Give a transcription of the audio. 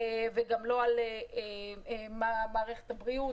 וגם לא על מערכת הבריאות.